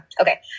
Okay